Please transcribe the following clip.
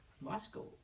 Moscow